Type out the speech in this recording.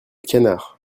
canard